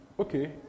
okay